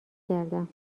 کردم